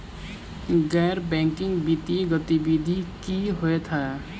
गैर बैंकिंग वित्तीय गतिविधि की होइ है?